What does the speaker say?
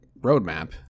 roadmap